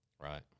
Right